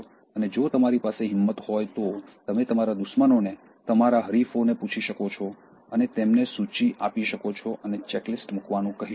અને જો તમારી પાસે હિંમત હોય તો તમે તમારા દુશ્મનોને તમારા હરીફોને પૂછી શકો છો અને તેમને સૂચિ આપી શકો છો અને ચેકલિસ્ટ મૂકવાનું કહી શકો છો